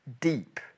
Deep